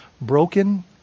broken